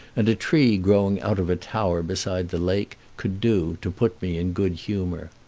and a tree growing out of a tower beside the lake, could do to put me in good-humor.